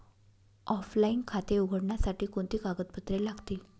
Offline खाते उघडण्यासाठी कोणती कागदपत्रे लागतील?